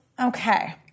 okay